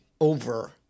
over